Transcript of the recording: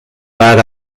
bad